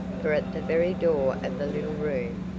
for at the very door of the little room,